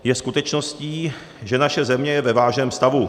Je skutečností, že naše země je ve vážném stavu.